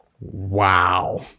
Wow